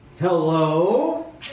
Hello